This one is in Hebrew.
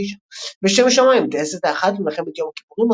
2009 בשם שמים טייסת "האחת" במלחמת יום הכיפורים,